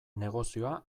negozioa